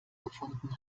gefunden